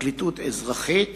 לפרקליטות אזרחית